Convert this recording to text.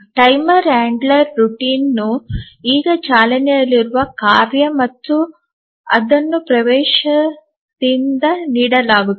timer handler ವಾಡಿಕೆಯು ಈಗ ಚಾಲನೆಯಲ್ಲಿರುವ ಕಾರ್ಯ ಮತ್ತು ಅದನ್ನು ಪ್ರವೇಶದಿಂದ ನೀಡಲಾಗುತ್ತದೆ